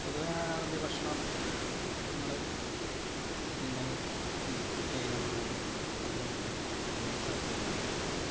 പൊതുവെ അറബി ഭക്ഷണം ങ്ങള് കുക്കിങ്ങിൽ കുക്ക് കുക്ക് ചെയ്യാൻ വേണ്ടി കൂടുതൽ താൽപര്യം താൽപര്യമാണ്